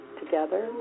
together